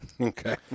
Okay